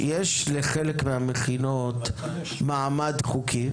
לחלק מהמכינות יש מעמד חוקי.